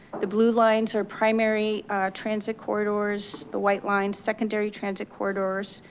the blue lines are primary transit corridors the white lines secondary transit corridors,